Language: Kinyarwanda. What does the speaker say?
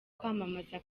kwamamaza